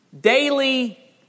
daily